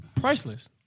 priceless